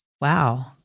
Wow